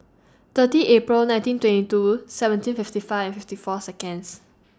thirty April nineteen twenty two seventeen fifty five fifty four Seconds